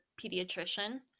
pediatrician